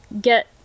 get